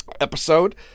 episode